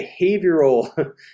behavioral